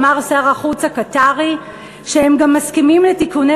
אמר שר החוץ הקטארי שהם גם מסכימים לתיקוני